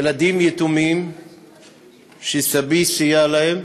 ילדים יתומים שסבי סייע להם.